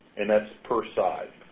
and that's per side.